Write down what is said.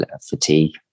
fatigue